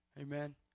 Amen